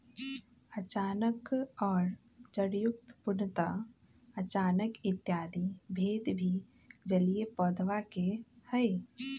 अचानक और जड़युक्त, पूर्णतः अचानक इत्यादि भेद भी जलीय पौधवा के हई